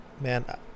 man